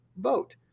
vote